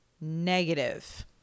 negative